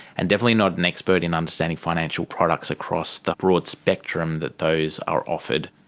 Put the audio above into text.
and definitely not an expert in understanding financial products across the broad spectrum that those are offered.